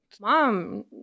Mom